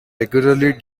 regularly